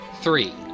Three